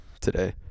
today